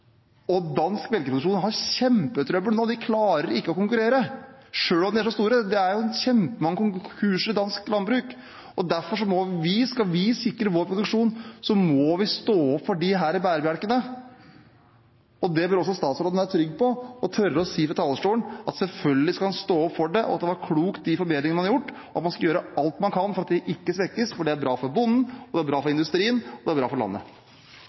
småbruk. Dansk melkeproduksjon har kjempetrøbbel, de klarer ikke å konkurrere selv om de er så store. Det er kjempemange konkurser i dansk landbruk. Skal vi sikre vår produksjon, må vi stå opp for disse bærebjelkene. Det bør også statsråden være trygg på og tørre å si fra talerstolen, at selvfølgelig skal han stå opp for det, at de var kloke, de forbedringene man har gjort, at man skal gjøre alt man kan for at det ikke svekkes, for det er bra for bonden, det er bra for industrien, og det er bra for landet.